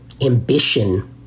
ambition